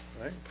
Right